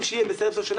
לא קיבלת רשות.